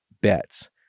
bets